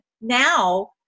now